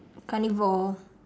carnivore